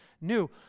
new